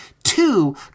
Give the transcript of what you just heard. two